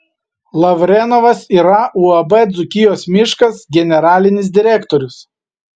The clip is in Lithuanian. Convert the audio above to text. lavrenovas yra uab dzūkijos miškas generalinis direktorius